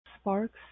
Sparks